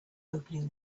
opening